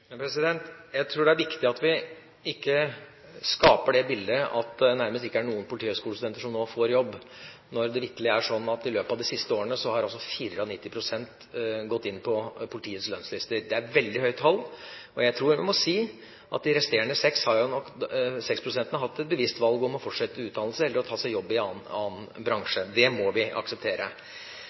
Jeg tror det er viktig at vi ikke skaper det bildet at det nærmest ikke er noen politihøgskolestudenter som nå får jobb, når det vitterlig er slik at i løpet av de siste årene har 94 pst. gått inn på politiets lønnslister. Det er veldig høyt tall, og jeg tror jeg må si at de resterende 6 pst. har hatt et bevisst valg om å fortsette utdannelse eller å ta seg jobb i annen bransje. Det må vi akseptere.